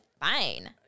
fine